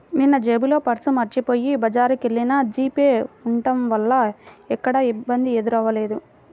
నిన్నజేబులో పర్సు మరచిపొయ్యి బజారుకెల్లినా జీపే ఉంటం వల్ల ఎక్కడా ఇబ్బంది ఎదురవ్వలేదు